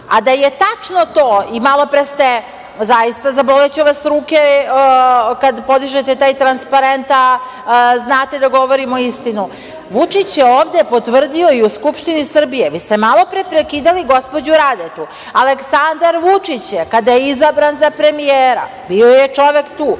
da je tačno to, i malo pre ste, zaista, zaboleće vas ruke kad podižete taj transparent a znate da govorimo istinu, Vučić je ovde potvrdio i u Skupštini Srbije. Vi ste malo pre prekidali gospođu Radetu. Aleksandar Vučić je, kada je izabran za premijera, bio je čovek tu,